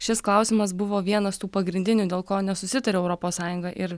šis klausimas buvo vienas tų pagrindinių dėl ko nesusitaria europos sąjunga ir